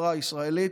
לחברה הישראלית.